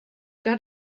got